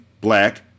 black